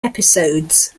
episodes